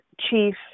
chief